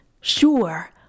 Sure